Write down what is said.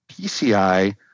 PCI